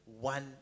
one